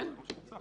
זה מה שמוצע.